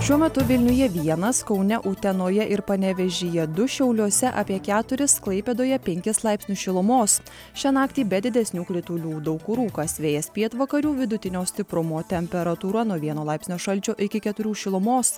šiuo metu vilniuje vienas kaune utenoje ir panevėžyje du šiauliuose apie keturis klaipėdoje penkis laipsnius šilumos šią naktį be didesnių kritulių daug kur rūkas vėjas pietvakarių vidutinio stiprumo temperatūra nuo vieno laipsnio šalčio iki keturių šilumos